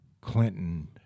Clinton